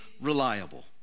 reliable